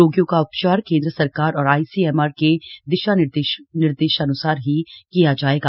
रोगियों का उपचार केंद्र सरकार और आईसीएमआर के दिशा निर्देशान्सार ही किया जायेगा